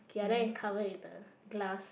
ya then it cover with the glass